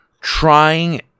trying